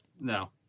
No